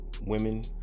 women